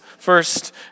First